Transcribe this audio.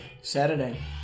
Saturday